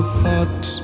thought